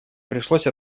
пришлось